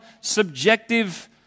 subjective